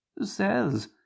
says